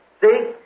See